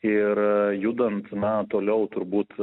ir judant na toliau turbūt